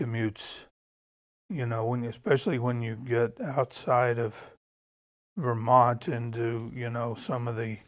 commutes you know when you're specially when you get outside of vermont and you know some of the